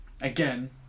again